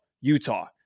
Utah